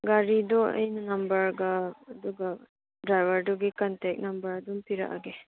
ꯒꯥꯔꯤꯗꯨ ꯑꯩꯅ ꯅꯝꯕꯔꯒ ꯑꯗꯨꯒ ꯗ꯭ꯔꯥꯏꯕꯔꯗꯨꯒꯤ ꯀꯟꯇꯦꯛ ꯅꯝꯕꯔ ꯑꯗꯨꯝ ꯄꯤꯔꯛꯑꯒꯦ